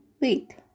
wait